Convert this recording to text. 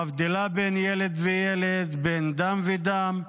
מבדילה בין ילד לילד, בין דם לדם.